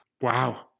Wow